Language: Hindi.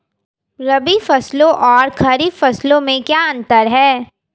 रबी फसलों और खरीफ फसलों में क्या अंतर है?